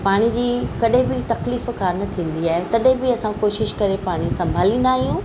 त पाणी जी कॾहिं बि तकलीफ़ कोन्ह थींदी आहे तॾहिं बि असां कोशिशि करे पाणी संभालींदा आहियूं